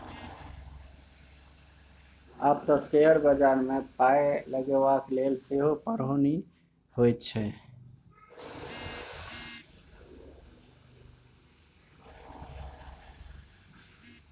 आब तँ शेयर बजारमे पाय लगेबाक लेल सेहो पढ़ौनी होए छै